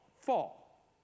fall